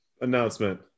Announcement